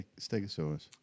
stegosaurus